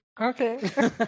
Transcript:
okay